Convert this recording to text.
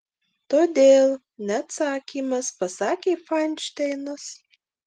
todėl ne atsakymas pasakė fainšteinas